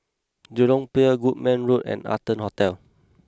Jurong Pier Goodman Road and Arton Hotel